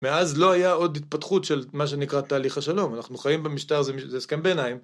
מאז לא היה עוד התפתחות של מה שנקרא תהליך השלום. אנחנו חיים במשטר, זה הסכם ביניים.